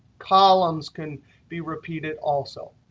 columns can be repeated also.